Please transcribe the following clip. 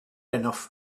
enough